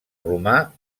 romà